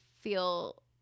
feel